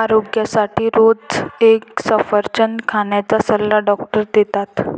आरोग्यासाठी रोज एक सफरचंद खाण्याचा सल्ला डॉक्टर देतात